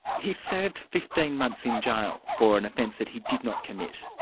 he served fifteen months in jail for an offence that he did not commit.